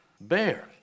bear